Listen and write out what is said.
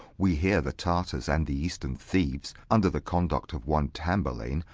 we hear the tartars and the eastern thieves, under the conduct of one tamburlaine,